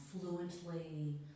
fluently